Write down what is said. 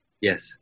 Yes